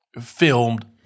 filmed